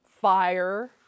fire